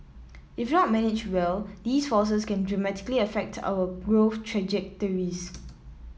if not managed well these forces can dramatically affect our growth trajectories